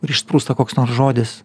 ir išsprūsta koks nors žodis